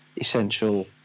essential